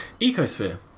ecosphere